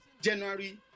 January